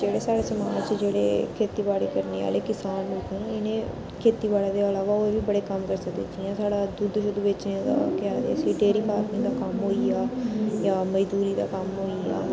जेह्ड़े साढ़े समाज बिच्च जेह्ड़े खेतीबाड़ी करने आह्ले किसान न इ'नें खेतीबाड़ी दे इलावा होर बी बड़े करी सकदे जियां साढ़ा दुद्ध बेचने दा केह् आखदे उसी डेरी फार्म दा कम्म होई गेआ जां मजदूरी दा कम्म होई गेआ